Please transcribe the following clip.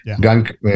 gun